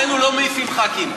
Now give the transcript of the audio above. אצלנו לא מעיפים ח"כים.